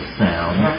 sound